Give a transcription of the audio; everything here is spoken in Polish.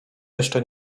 jeszcze